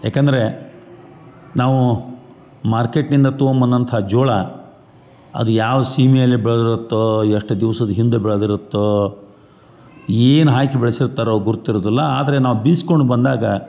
ಯಾಕಂದರೆ ನಾವು ಮಾರ್ಕೆಟ್ನಿಂದ ತೊಗೊಂಬಂದಂಥ ಜೋಳ ಅದು ಯಾವ ಸೀಮಿಯಲ್ಲಿ ಬೆಳ್ದಿರುತ್ತೋ ಎಷ್ಟು ದಿವ್ಸದ ಹಿಂದೆ ಬೆಳ್ದಿರುತ್ತೊ ಏನು ಹಾಕಿ ಬೆಳ್ಸಿರ್ತಾರೋ ಗುರ್ತಿರುದಿಲ್ಲ ಆದರೆ ನಾವು ಬೀಸ್ಕೊಂಡು ಬಂದಾಗ